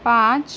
پانچ